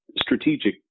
strategic